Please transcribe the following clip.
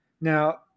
Now